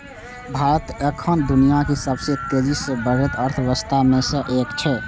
भारत एखन दुनियाक सबसं तेजी सं बढ़ैत अर्थव्यवस्था मे सं एक छै